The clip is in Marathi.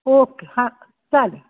ओके हां चालेल